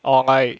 or might